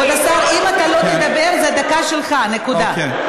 כבוד השר, אם אתה לא תדבר, זאת דקה שלך, נקודה.